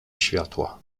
światła